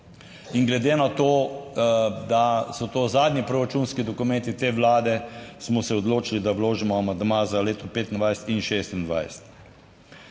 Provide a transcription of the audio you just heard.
In glede na to, da so to zadnji proračunski dokumenti te vlade, smo se odločili, da vložimo amandma za leto 2025 in 2026.